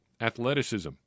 Athleticism